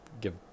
give